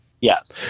Yes